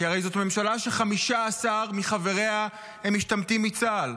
כי זו הרי ממשלה ש-15 מחבריה הם משתמטים מצה"ל.